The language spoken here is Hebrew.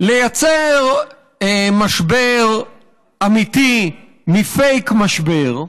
לייצר משבר אמיתי מפייק-משבר,